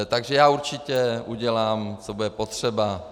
Takže já určitě udělám, co bude potřeba.